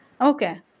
Okay